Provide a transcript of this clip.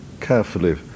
carefully